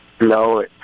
No